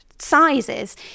sizes